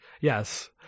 yes